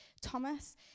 Thomas